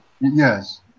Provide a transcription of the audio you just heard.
Yes